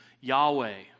Yahweh